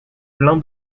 plein